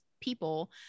people